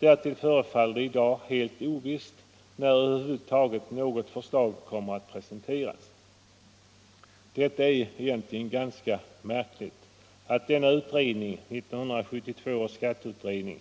Därtill förefaller det i dag helt ovisst när över huvud taget något förslag kommer att presenteras. Det är egentligen ganska märkligt att denna utredning, 1972 års skatteutredning,